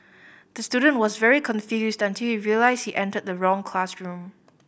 the student was very confused until realised he entered the wrong classroom